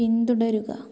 പിന്തുടരുക